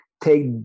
take